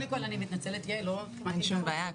בבקשה.